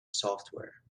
software